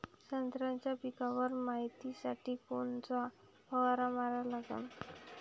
संत्र्याच्या पिकावर मायतीसाठी कोनचा फवारा मारा लागन?